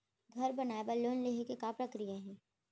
घर बनाये बर लोन लेहे के का प्रक्रिया हे?